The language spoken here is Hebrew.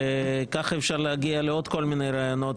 ככה אפשר להגיע לעוד כל מיני רעיונות,